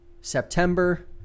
September